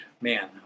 man